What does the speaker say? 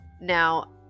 Now